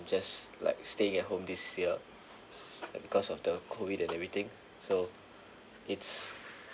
just like staying at home this year because of the COVID and everything so it's